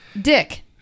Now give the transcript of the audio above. dick